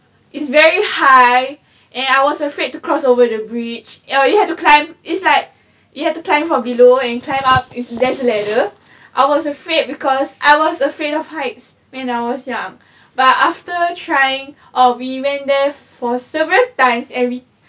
it's very high and I was afraid to cross over the bridge err you had to climb it's like you have to climb from below and climb up there's a ladder I was afraid because I was afraid of heights when I was young but after trying or we went there for several times and we